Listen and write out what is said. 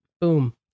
Boom